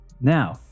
Now